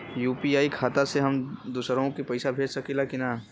UPI खाता से हम दुसरहु के पैसा भेज सकीला की ना?